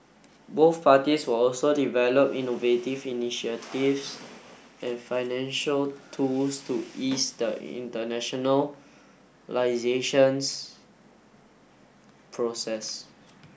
both parties will also develop innovative initiatives and financial tools to ease the internationalisation process